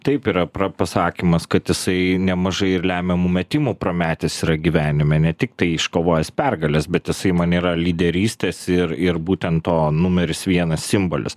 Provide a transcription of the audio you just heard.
taip yra pra pasakymas kad jisai nemažai ir lemiamų metimų prametęs yra gyvenime ne tiktai iškovojęs pergales bet jisai man yra lyderystės ir ir būtent to numeris vienas simbolis